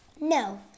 No